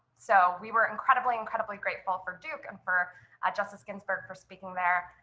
so we were incredibly, incredibly grateful for duke and for justice ginsburg for speaking there.